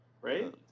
right